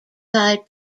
side